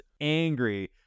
angry